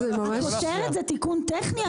שינוי שם זה תיקון טכני?